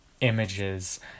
images